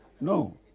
No